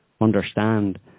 understand